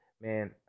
Man